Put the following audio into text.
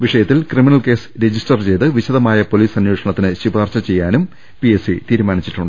വിഷയത്തിൽ criminal case register ചെയ്ത് വിശദമായ പൊലീസ് അന്വേഷണത്തിന് ശുപാർശ ചെയ്യാനും പിഎസ്സി തീരുമാനിച്ചു